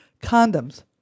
condoms